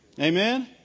Amen